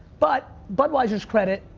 but budweiser's credit,